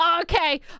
Okay